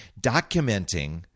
documenting